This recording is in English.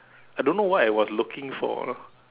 I don't know what I was looking for lah